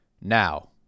Now